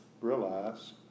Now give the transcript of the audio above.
realize